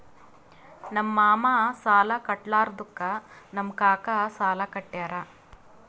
ನಮ್ ಮಾಮಾ ಸಾಲಾ ಕಟ್ಲಾರ್ದುಕ್ ನಮ್ ಕಾಕಾ ಸಾಲಾ ಕಟ್ಯಾರ್